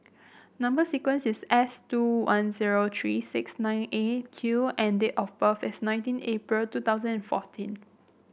number sequence is S two one zero three six nine Eight Q and date of birth is nineteen April two thousand and fourteen